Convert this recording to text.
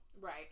Right